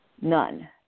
None